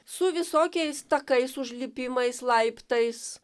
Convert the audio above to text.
su visokiais takais užlipimais laiptais